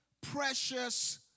precious